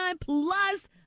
plus